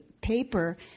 paper